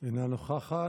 אינה נוכחת.